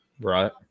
Right